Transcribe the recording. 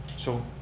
so,